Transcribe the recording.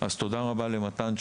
אז תודה רבה למתן,